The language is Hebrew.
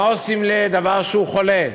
מה עושים לדבר שהוא חולה?